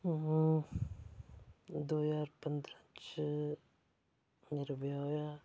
ओह् दो ज्हार पंदरां च मेरा ब्याह् होएआ